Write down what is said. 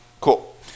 Cool